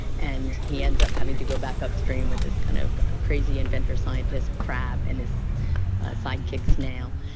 and he ends up having to go back upstream with this kind of crazy inventor scientist crab and his sidekick snail.